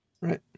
Right